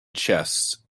chests